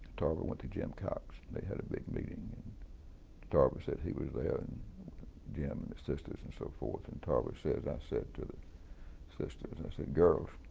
tarver went to jim cox, and they had a big meeting, and tarver said he was there and jim, and his sisters, and so forth, and tarver said, i said to the sisters, i said, girls,